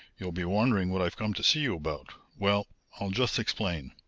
you'll be wondering what i've come to see you about. well, i'll just explain.